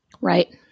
Right